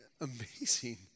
amazing